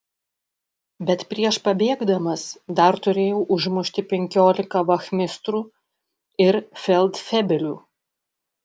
bet prieš pabėgdamas dar turėjau užmušti penkiolika vachmistrų ir feldfebelių